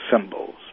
symbols